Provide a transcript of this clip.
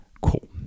Cool